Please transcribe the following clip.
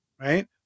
right